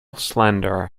slender